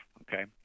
okay